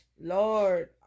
Lord